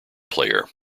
player